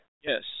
Yes